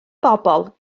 bobl